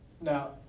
Now